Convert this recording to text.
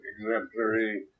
exemplary